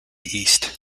east